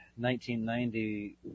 1990